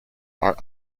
are